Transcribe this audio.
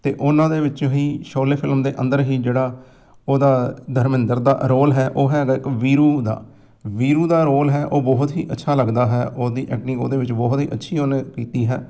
ਅਤੇ ਉਹਨਾਂ ਦੇ ਵਿੱਚੋਂ ਹੀ ਸ਼ੋਲੇ ਫਿਲਮ ਦੇ ਅੰਦਰ ਹੀ ਜਿਹੜਾ ਉਹਦਾ ਧਰਮਿੰਦਰ ਦਾ ਰੋਲ ਹੈ ਉਹ ਹੈਗਾ ਇੱਕ ਵੀਰੂ ਦਾ ਵੀਰੂ ਦਾ ਰੋਲ ਹੈ ਉਹ ਬਹੁਤ ਹੀ ਅੱਛਾ ਲੱਗਦਾ ਹੈ ਉਹਦੀ ਐਕਟਿੰਗ ਉਹਦੇ ਵਿੱਚ ਬਹੁਤ ਹੀ ਅੱਛੀ ਉਹਨੇ ਕੀਤੀ ਹੈ